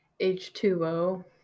H2O